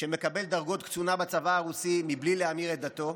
שמקבל דרגות קצונה בצבא הרוסי מבלי להמיר את דתו.